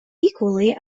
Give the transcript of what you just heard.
equally